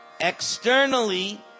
Externally